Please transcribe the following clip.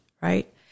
right